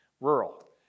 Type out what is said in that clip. rural